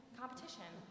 competition